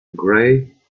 gray